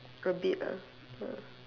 a bit ah ah